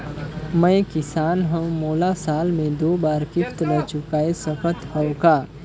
मैं किसान हव मोला साल मे दो बार किस्त ल चुकाय सकत हव का?